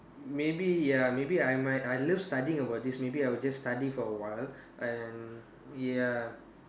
maybe ya maybe I might I love studying about this maybe I will just study for a while and ya